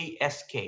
ASK